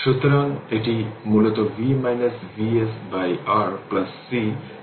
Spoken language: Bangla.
সুতরাং এটি মূলত v VsR c dvdt 0 হবে